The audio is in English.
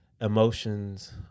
emotions